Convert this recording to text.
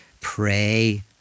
pray